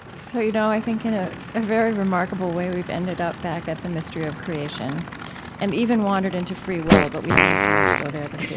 so you know i think in a ah very remarkable way we've ended up back at the mystery of creation and even wandered into free will, but we don't have time to go there this